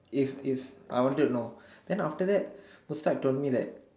if if I wanted to know then after that most time told me that